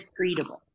treatable